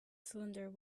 cylinder